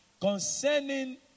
concerning